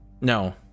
No